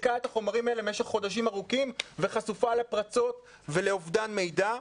מחזיקה את החומרים האלה במשך חודשים ארוכים וחשופה לפרצות ולאובדן מידע.